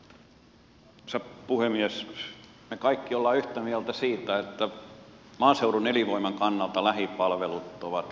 me kaikki olemme yhtä mieltä siitä että maaseudun elinvoiman kannalta lähipalvelut ovat kaikkein ratkaisevinta